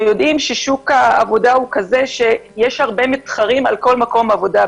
שוק העבודה הוא כזה שיש הרבה מתחרים על כל מקום עבודה,